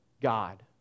God